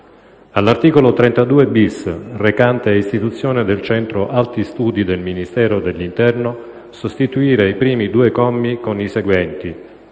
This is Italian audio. all'articolo 32-*bis*, recante *Istituzione del Centro Alti Studi del Ministero dell'interno*, sostituire i primi due commi con i seguenti: